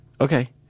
Okay